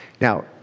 Now